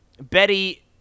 Betty